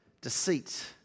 deceit